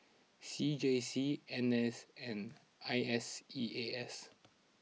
C J C N S and I S E A S